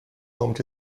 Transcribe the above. home